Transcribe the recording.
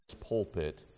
pulpit